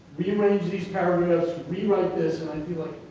rearrange these paragraphs, rewrite this. and i'd be like,